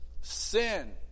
sin